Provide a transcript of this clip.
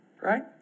Right